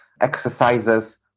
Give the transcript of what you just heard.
exercises